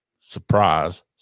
surprise